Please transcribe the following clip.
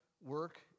work